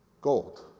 gold